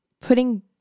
putting